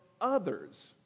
Others